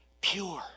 pure